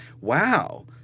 Wow